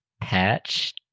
patch